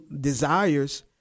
desires